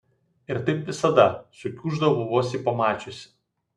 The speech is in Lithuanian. ir taip visada sukiuždavo vos jį pamačiusi